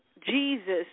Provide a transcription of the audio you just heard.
Jesus